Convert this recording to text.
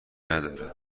نداره